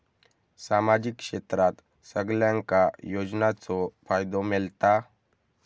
सामाजिक क्षेत्रात सगल्यांका योजनाचो फायदो मेलता?